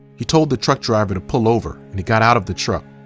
he told the truck driver to pull over and he got out of the truck.